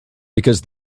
because